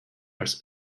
als